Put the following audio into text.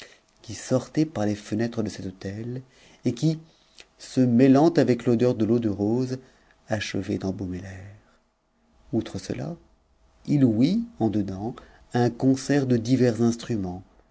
qui sortait par les fenêtres de cet hôtel et qui se mêlant avec odeur de l'eau de rose achevait d'embaumer l'air outre cela il ouït dedans un concert de divers instruments